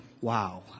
wow